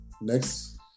next